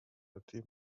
راحتی